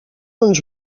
uns